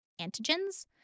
antigens